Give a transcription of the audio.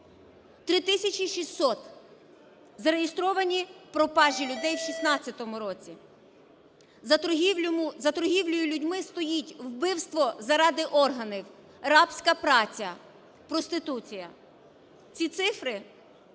3600 зареєстровані пропажі людей в 16-му році. За торгівлею людьми стоїть вбивство заради органів, рабська праця, проституція. Ці цифри,